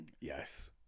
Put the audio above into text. Yes